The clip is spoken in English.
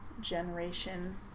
generation